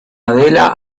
adela